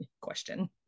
question